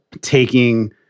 taking